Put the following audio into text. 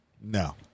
no